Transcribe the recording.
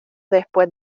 después